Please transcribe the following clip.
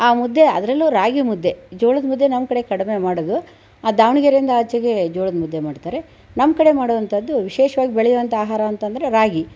ಆ ಮುದ್ದೆ ಅದರಲ್ಲೂ ರಾಗಿ ಮುದ್ದೆ ಜೋಳದ ಮುದ್ದೆ ನಮ್ಮ ಕಡೆ ಕಡಿಮೆ ಮಾಡೋದು ಆ ದಾವಣಗೆರೆಯಿಂದಾಚೆಗೆ ಜೋಳದ ಮುದ್ದೆ ಮಾಡುತ್ತಾರೆ ನಮ್ಮ ಕಡೆ ಮಾಡುವಂಥದ್ದು ವಿಶೇಷವಾಗಿ ಬೆಳೆಯುವಂಥ ಆಹಾರ ಅಂದರೆ ರಾಗಿ